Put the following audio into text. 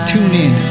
TuneIn